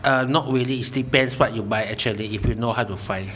uh not really is depends what you buy actually if you know how to find